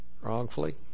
wrongfully